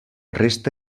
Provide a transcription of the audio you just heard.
resta